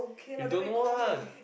you don't know one